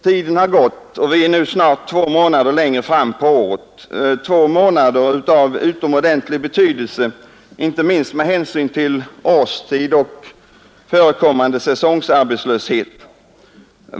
Tiden har gått, och vi är nu snart två månader längre fram på året, två månader av utomordentlig betydelse inte minst med hänsyn till årstid och förekommande säsongarbetslöshet.